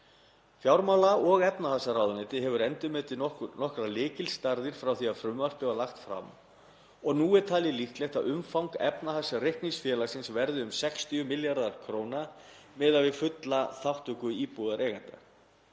Fjármála- og efnahagsráðuneyti hefur endurmetið nokkrar lykilstærðir frá því að frumvarpið var lagt fram og nú er talið líklegt að umfang efnahagsreiknings félagsins verði um 60 milljarðar kr. miðað við fulla þátttöku íbúðareigenda.